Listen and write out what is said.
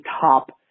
top